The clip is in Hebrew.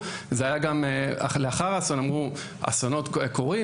גם לאחר האסון הם אמרו: "אסונות קורים,